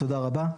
תודה רבה.